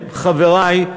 חברי,